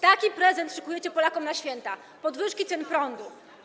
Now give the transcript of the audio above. Taki prezent szykujecie Polakom na święta: podwyżki cen prądu.